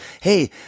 Hey